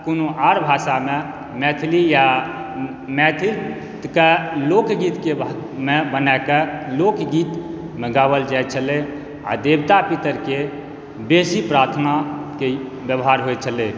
कोनो आर भाषामे मैथिली या मैथिलीके लोकगीतमे बनाके लोकगीतमे गाओल जाइत छलै आ देवता पितरकेँ बेसी प्रार्थनाके व्यवहार होइत छलै